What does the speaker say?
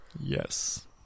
Yes